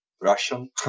Russian